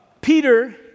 Peter